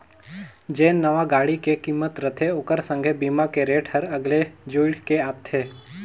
जेन नावां गाड़ी के किमत रथे ओखर संघे बीमा के रेट हर अगले जुइड़ के आथे